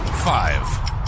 Five